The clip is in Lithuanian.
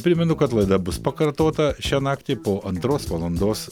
primenu kad laida bus pakartota šią naktį po antros valandos